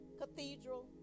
Cathedral